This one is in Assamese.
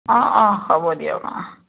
অঁ অঁ হ'ব দিয়ক অঁ